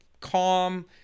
calm